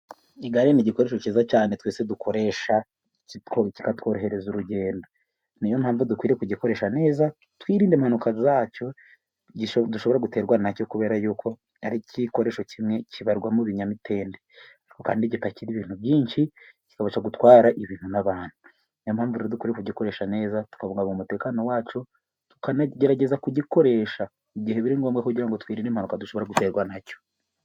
Igare ni igikoresho cyiza cyane twese dukoresha, kikatworohereza urugendo, ni yo mpamvu durikwiye kugikoresha neza twirinda impanuka zacyo dushobora guterwa na cyo, kubera yuko ari igikoresho kimwe kibarwa mu binyamitende kandi gipakira ibintu byinshi, kikabasha gutwara ibintu n'abantu. Ni yo mpamvu rero dukwiye kugikoresha neza tubungabunga umutekano wacu, tukanagerageza kugikoresha igihe biri ngombwa, kugira ngo twirinde impanuka dushobora guterwa na cyo.